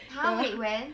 !huh! wait when